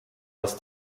aus